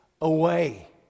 away